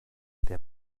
der